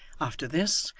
after this,